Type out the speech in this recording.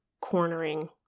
cornering